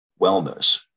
wellness